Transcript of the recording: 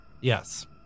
Yes